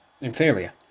inferior